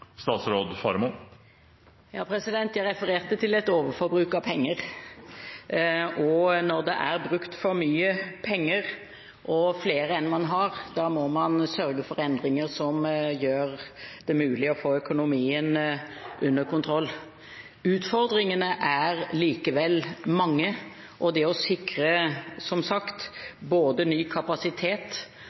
Jeg refererte til et overforbruk av penger. Når det er brukt for mye penger, og mer enn man har, må man sørge for endringer som gjør det mulig å få økonomien under kontroll. Utfordringene er likevel mange, og det å sikre – som sagt – både ny kapasitet